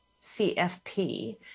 CFP